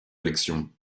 élections